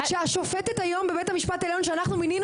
שהשופטת היום בבית המשפט העליון שאנחנו מינינו